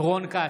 רון כץ,